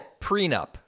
prenup